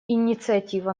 инициатива